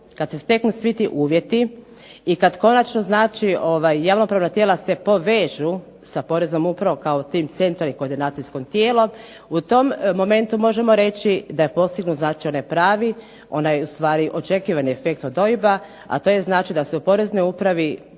kad se steknu svi ti uvjeti i kad konačno znači javno-pravna tijela se povežu sa poreznom upravom kao tim centar i koordinacijsko tijelo u tom momentu možemo reći da je postignut znači onaj pravi, onaj ustvari očekivani efekt od OIB-a, a to je znači da se u poreznoj upravi